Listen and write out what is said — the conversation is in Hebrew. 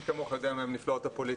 מי כמוך יודע מה הן נפלאות הפוליטיקה.